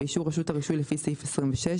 באישור רשות הרישוי לפי סעיף 26,